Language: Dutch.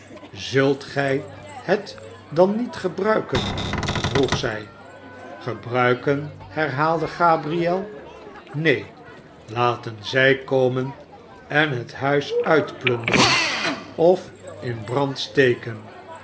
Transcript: zult gij het dan niet gebruiken vroegzij gebruiken herhaalde gabriel neen laten zij komen en het huis uitplunderen of in brand steken